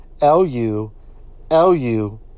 L-U-L-U